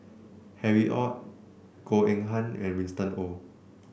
Harry Ord Goh Eng Han and Winston Oh